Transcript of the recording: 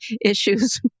issues